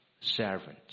servants